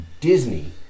Disney